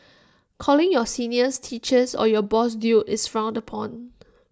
calling your seniors teachers or your boss dude is frowned upon